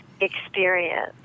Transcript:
experience